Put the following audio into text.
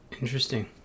Interesting